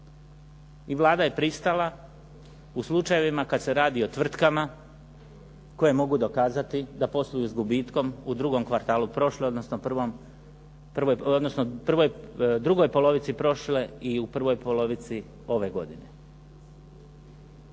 i Vlada je pristala u slučajevima kad se radi o tvrtkama koje mogu dokazati da posluju s gubitkom u 2. polovici prošle i u prvoj polovici ove godine.